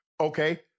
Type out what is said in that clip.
Okay